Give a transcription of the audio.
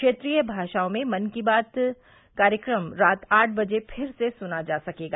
क्षेत्रीय भाषाओं में मन की बात कार्यक्रम रात आठ बजे फिर से सुना जा सकेगा